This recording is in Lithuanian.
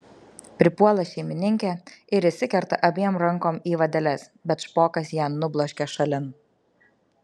pripuola šeimininkė ir įsikerta abiem rankom į vadeles bet špokas ją nubloškia šalin